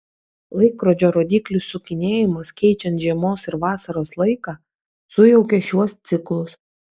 laikrodžio rodyklių sukinėjimas keičiant žiemos ir vasaros laiką sujaukia šiuos ciklus